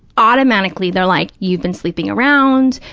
automatically they're like, you've been sleeping around,